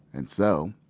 and so,